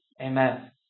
Amen